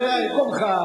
שב במקומך.